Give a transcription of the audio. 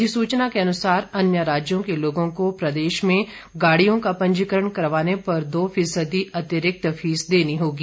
अधिसूचना के अनुसार अन्य राज्यों के लोगों को प्रदेश में गाड़ियों का पंजीकरण करवाने पर दो फीसदी अतिरिक्ति फीस देनी होगी